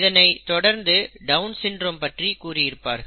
இதனைத் தொடர்ந்து Down syndrome பற்றி கூறி இருப்பார்கள்